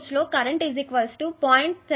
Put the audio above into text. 75 millisiemens రెట్లు ఎక్కువ